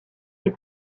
les